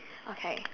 okay